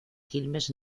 quilmes